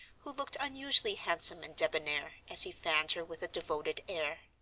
who looked unusually handsome and debonair as he fanned her with a devoted air.